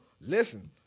Listen